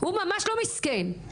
הוא ממש לא מסכן.